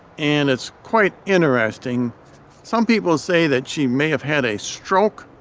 and it's quite interesting some people say that she may have had a stroke.